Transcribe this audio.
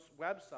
websites